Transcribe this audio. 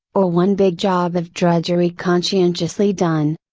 or one big job of drudgery conscientiously done.